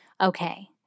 Okay